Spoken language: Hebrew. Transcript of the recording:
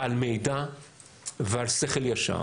על מידע ועל שכל ישר.